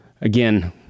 Again